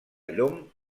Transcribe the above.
llom